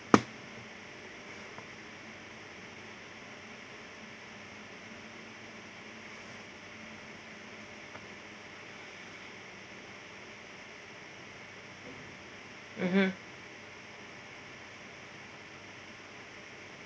mmhmm